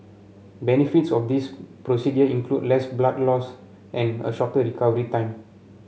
benefits of this procedure include less blood loss and a shorter recovery time